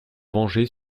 venger